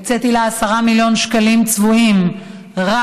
הקציתי לה 10 מיליון שקלים צבועים רק